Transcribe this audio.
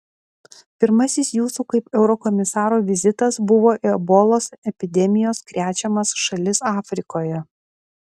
pirmasis jūsų kaip eurokomisaro vizitas buvo į ebolos epidemijos krečiamas šalis afrikoje